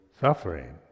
suffering